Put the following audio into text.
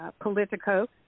politico